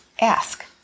Ask